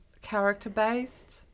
character-based